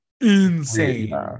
insane